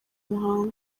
muhango